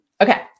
Okay